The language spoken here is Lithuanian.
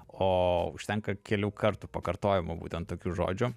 o užtenka kelių kartų pakartojimo būtent tokių žodžių